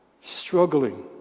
struggling